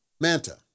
Manta